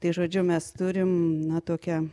tai žodžiu mes turim na tokią